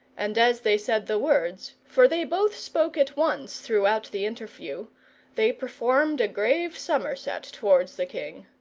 and as they said the words for they both spoke at once throughout the interview they performed a grave somerset towards the king.